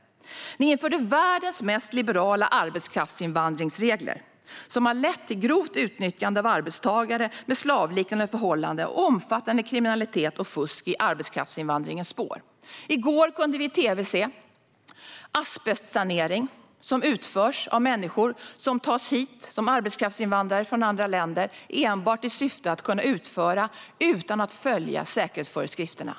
Ni införde världens mest liberala arbetskraftsinvandringsregler, som har lett till grovt utnyttjande av arbetstagare med slaveriliknande förhållanden och omfattande kriminalitet och fusk i arbetskraftsinvandringens spår. På tv i går kunde vi se asbestsanering som utförs av människor som tas hit som arbetskraftsinvandrare från andra länder enbart i syfte att kunna utföra arbetet utan att följa säkerhetsföreskrifterna.